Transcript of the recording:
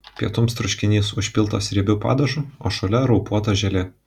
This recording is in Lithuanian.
pietums troškinys užpiltas riebiu padažu o šalia raupuota želė